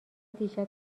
دیشب